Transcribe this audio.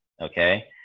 Okay